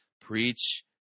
preach